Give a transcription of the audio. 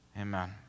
amen